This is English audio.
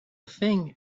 thing